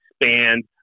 expand